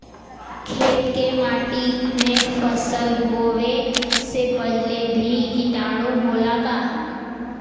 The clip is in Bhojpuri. खेत के माटी मे फसल बोवे से पहिले भी किटाणु होला का?